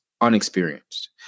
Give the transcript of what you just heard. unexperienced